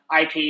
IP